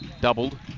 doubled